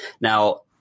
Now